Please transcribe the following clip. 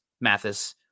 mathis